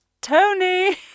Tony